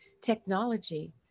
technology